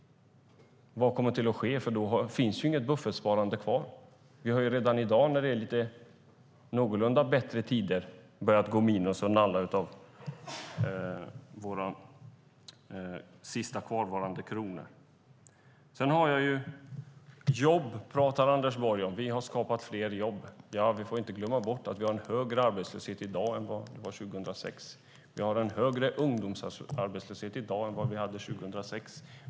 Vad kommer att ske? Det finns ju inget buffertsparande kvar. Vi har ju redan i dag när det är någorlunda bättre tider börjat gå minus och nalla av våra sista kvarvarande kronor. Anders Borg pratar om jobb: "Vi har skapat fler jobb." Vi får inte glömma bort att vi har en högre arbetslöshet i dag än 2006. Vi har en högre ungdomsarbetslöshet i dag än 2006.